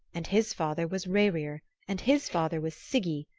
and his father was rerir, and his father was sigi,